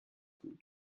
gut